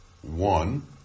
one